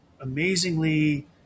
amazingly